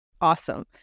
Awesome